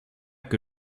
que